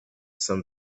some